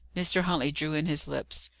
mr. huntley drew in his lips.